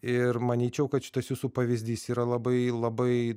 ir manyčiau kad šitas jūsų pavyzdys yra labai labai